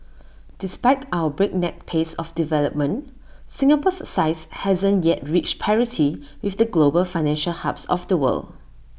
despite our breakneck pace of development Singapore's size hasn't yet reached parity with the global financial hubs of the world